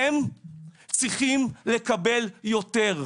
הם צריכים לקבל יותר.